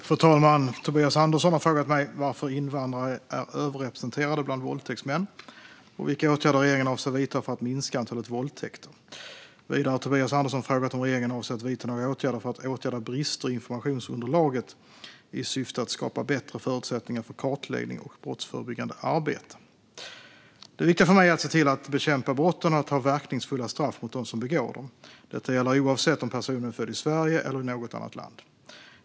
Fru talman! Tobias Andersson har frågat mig varför invandrare är överrepresenterade bland våldtäktsmän och vilka åtgärder regeringen avser att vidta för att minska antalet våldtäkter. Vidare har Tobias Andersson frågat om regeringen avser att vidta några åtgärder för att åtgärda brister i informationsunderlaget i syfte att skapa bättre förutsättningar för kartläggning och brottsförebyggande arbete. Det viktiga för mig är att se till att bekämpa brotten och att ha verkningsfulla straff mot dem som begår dem. Detta gäller oavsett om personen är född i Sverige eller i något annat land.